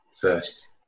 first